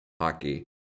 hockey